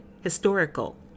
historical